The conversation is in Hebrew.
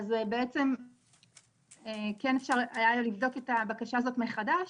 אז בעצם כן אפשר היה לבדוק את הבקשה הזאת מחדש,